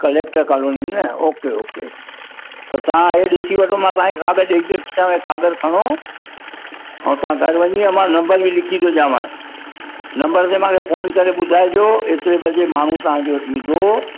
collector कोलोनीअ में okay okay त तव्हां इहो ॾिसी वठो मां तव्हांखे काॻरु ॾेई थो छ्ॾा इहो काॻरु खणो ऐं तव्हां घरु वञी मां नंबर बि लिखी थो ॾियांव नंबर ते मूंखे फ़ोन करे ॿुधाइजो एतिरे बजे माण्हू तव्हांजो ईंदो